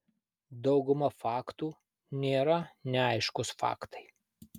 dauguma faktų nėra neaiškūs faktai